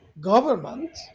government